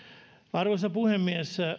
arvoisa puhemies